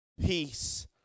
peace